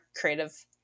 creative